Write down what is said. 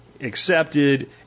Accepted